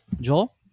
Joel